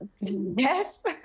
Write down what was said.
Yes